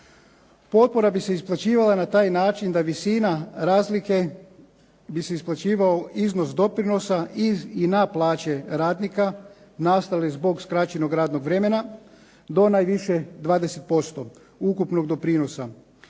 Potpore bi se isplaćivale na taj način da visina razlike bi se isplaćivao iznos doprinosa i na plaće radnika nastale zbog skraćenog radnog vremena do najviše 20% ukupnog doprinosa